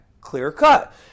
clear-cut